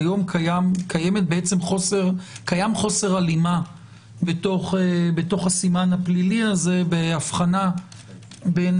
כיום קיים חוסר הלימה בתוך הסימן הפלילי הזה בהבחנה בין